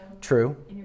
True